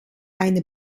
eine